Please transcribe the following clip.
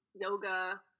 yoga